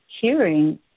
hearing